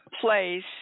place